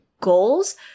goals